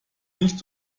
nicht